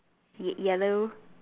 ya yellow